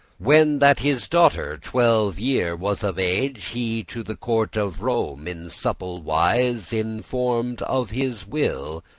when that his daughter twelve year was of age, he to the court of rome, in subtle wise informed of his will,